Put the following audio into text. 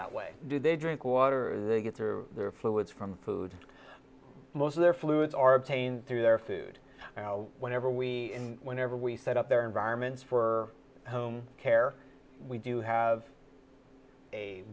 that way do they drink water they get through their fluids from food most of their fluids are obtained through their food whenever we whenever we set up their environments for home care we do have a